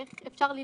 איך אפשר ללמוד,